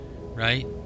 right